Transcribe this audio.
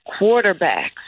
quarterbacks